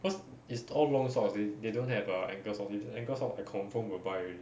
cause is all long socks they they don't have ah ankle socks these ankle socks I confirm will buy already